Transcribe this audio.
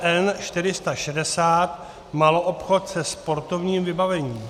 N460 maloobchod se sportovním vybavením.